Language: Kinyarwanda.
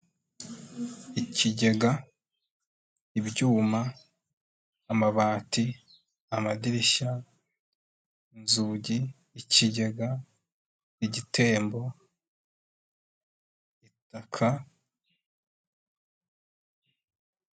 Ikigega, ibyuma, amabati, amadirishya, inzugi, ikigega, igitembo, itaka.